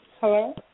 Hello